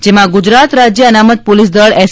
જેમાં ગુજરાત રાજ્ય અનામત પોલીસ દળ એસ